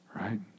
right